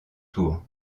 tour